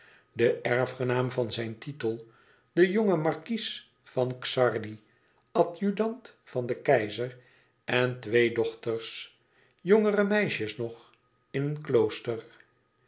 de erfgenaam van zijn titel de jonge markies van xardi adjudant van den keizer en twee dochters jongere meisjes nog in een klooster